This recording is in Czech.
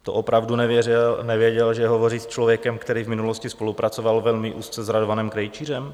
To opravdu nevěřil, nevěděl, že hovoří s člověkem, který v minulosti spolupracoval velmi úzce s Radovanem Krejčířem?